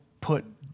put